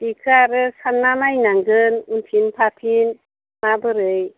बेखौ आरो सान्ना नायनांगोन उनफिन फाफिन माबोरै